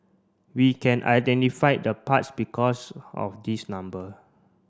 we can identify the parts because of these number